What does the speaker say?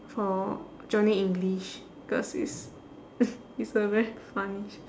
for johnny english because it's f~ it's a very funny show